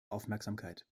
aufmerksamkeit